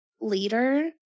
leader